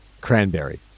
Cranberry